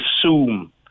assume